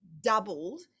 doubled